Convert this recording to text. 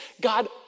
God